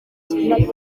gihe